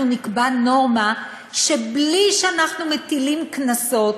אנחנו נקבע נורמה, ובלי שאנחנו מטילים קנסות,